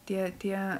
tie tie